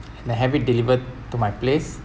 then have it delivered to my place